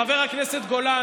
חבר הכנסת גולן,